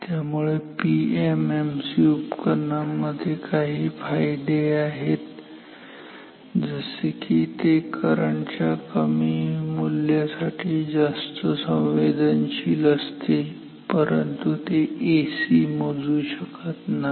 त्यामुळे पीएमएमसी उपकरणांमध्ये काही फायदे आहेत जसे की ते करंट च्या कमी मूल्यासाठी जास्त संवेदनशील असते परंतु ते एसी मोजू शकत नाही